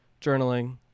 journaling